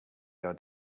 your